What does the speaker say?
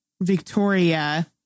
Victoria